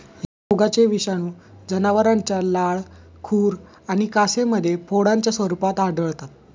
या रोगाचे विषाणू जनावरांच्या लाळ, खुर आणि कासेमध्ये फोडांच्या स्वरूपात आढळतात